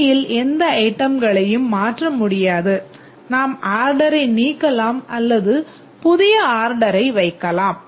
இடையில் எந்த ஐட்டம்களையும் மாற்ற முடியாது நாம் ஆர்டரை நீக்கலாம் அல்லது புதிய ஆர்டரை வைக்கலாம்